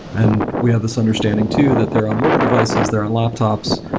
and we have this understanding too that they're on mobile devices, they're on laptops,